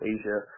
Asia